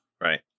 right